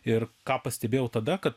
ir ką pastebėjau tada kad